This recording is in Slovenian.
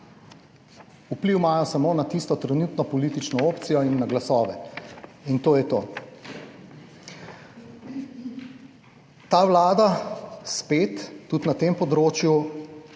Vpliv imajo samo na tisto trenutno politično opcijo in na glasove in to je to. Ta Vlada spet, tudi na tem področju,